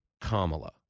Kamala